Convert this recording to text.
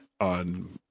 on